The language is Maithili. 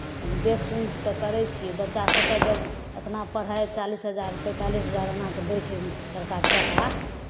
देख सुन तऽ करै छियै बच्चा सभकेँ जब एतना पढ़ाइ चालीस हजार पैंतालीस हजार एना कऽ दै छै सरकार टाका